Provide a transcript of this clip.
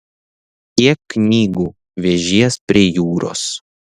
kiek knygų vežies prie jūros